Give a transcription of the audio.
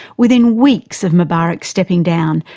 within weeks of mubarak stepping down,